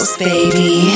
baby